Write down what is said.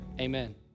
amen